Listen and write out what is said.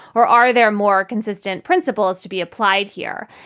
or are there more consistent principles to be applied here?